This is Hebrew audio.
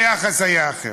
היחס היה אחר.